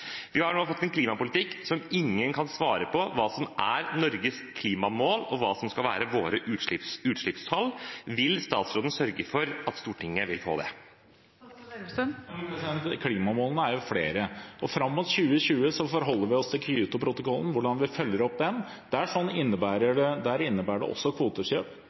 Vi har nå fått en klimapolitikk der ingen kan svare på hva som er Norges klimamål, og hva som skal være våre utslippstall. Vil statsråden sørge for at Stortinget vil få det? Men klimamålene er jo flere, og fram mot 2020 forholder vi oss til Kyoto-protokollen, hvordan vi følger opp den. Der innebærer det også kvotekjøp, det er en nødvendighet for å nå målene, og det har også